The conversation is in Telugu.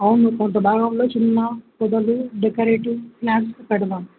అవును కొంత భాగంలో చిన్న పదలు డెకరేటివ్ ప్లాంట్స్ పెడద